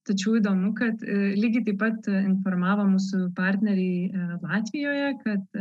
tačiau įdomu kad lygiai taip pat informavo mūsų partneriai latvijoje kad